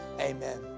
Amen